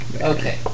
Okay